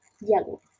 yellow